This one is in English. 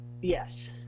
yes